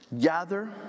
gather